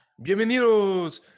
Bienvenidos